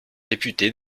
députée